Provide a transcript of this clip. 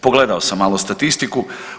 Pogledao sam malo statistiku.